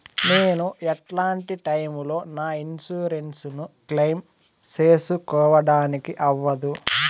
నేను ఎట్లాంటి టైములో నా ఇన్సూరెన్సు ను క్లెయిమ్ సేసుకోవడానికి అవ్వదు?